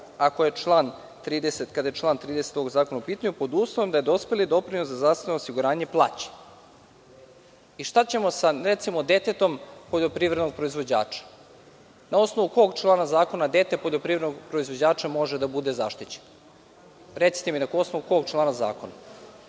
osiguranje samo kada je član 30. ovog zakona u pitanju, pod uslovom da je dospeli doprinos za zdravstveno osiguranje plaćen. Šta ćemo sa, recimo, detetom poljoprivrednog proizvođača? Na osnovu kog člana zakona dete poljoprivrednog proizvođača može da bude zaštićeno? Recite mi na osnovu kog člana zakona.